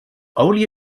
only